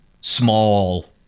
small